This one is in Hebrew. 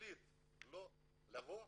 לא לבוא,